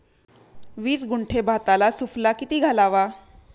वीस गुंठे भाताला सुफला किती घालावा?